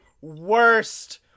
worst